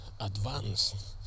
advanced